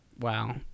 Wow